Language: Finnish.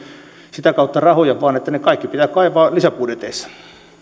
sitä kautta rahoja vaan ne kaikki pitää kaivaa lisäbudjeteissa